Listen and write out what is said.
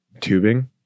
tubing